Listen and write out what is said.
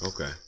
Okay